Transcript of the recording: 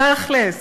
בתכל'ס,